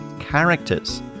Characters